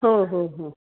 हो हो हो